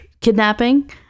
kidnapping